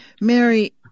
Mary